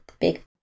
big